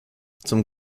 zum